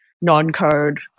non-code